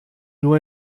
nur